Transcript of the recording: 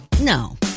No